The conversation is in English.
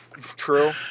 True